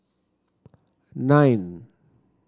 nine